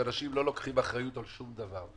שאנשים לא לוקחים אחריות על שום דבר,